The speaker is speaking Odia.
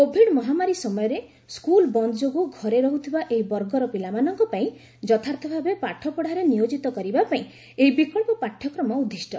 କୋଭିଡ୍ ମହାମାରୀ ସମୟରେ ସ୍କୁଲ୍ ବନ୍ଦ ଯୋଗୁଁ ଘରେ ରହୁଥିବା ଏହି ବର୍ଗର ପିଲାମାନଙ୍କ ପାଇଁ ଯଥାର୍ଥ ଭାବେ ପାଠପଢ଼ାରେ ନିୟୋକିତ କରିବା ପାଇଁ ଏହି ବିକଳ୍ପ ପାଠ୍ୟକ୍ରମ ଉଦ୍ଦିଷ୍ଟ